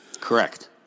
Correct